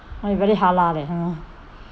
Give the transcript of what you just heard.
you very halal leh !hannor!